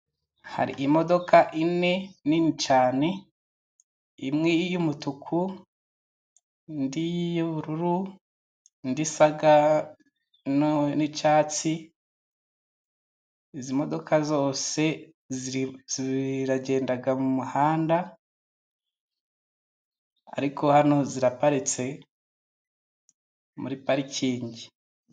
Hari imodoka enye nini cyane. Imwe y'umutuku, indi y'ubururu, indi isa n'icyatsi. Izi modoka zose zigenda mu muhanda. Ariko hano ziraparitse muri parikingi.